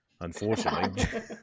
unfortunately